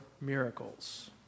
miracles